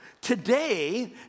Today